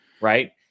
right